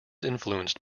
influenced